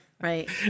Right